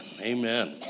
Amen